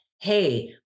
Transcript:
hey